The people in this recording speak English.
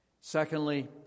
Secondly